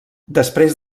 després